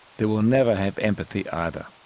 they will never have empathy, either.